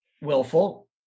Willful